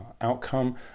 outcome